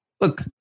Look